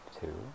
two